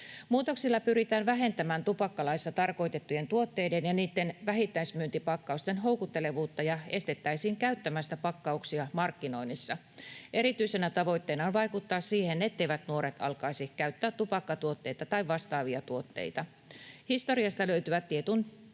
Muutoksilla pyritään vähentämään tupakkalaissa tarkoitettujen tuotteiden ja niiden vähittäismyyntipakkausten houkuttelevuutta ja estettäisiin käyttämästä pakkauksia markkinoinnissa. Erityisenä tavoitteena on vaikuttaa siihen, etteivät nuoret alkaisi käyttää tupakkatuotteita tai vastaavia tuotteita. Historiasta löytyvät tietyn